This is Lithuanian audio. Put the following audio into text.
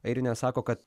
airinė sako kad